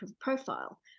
profile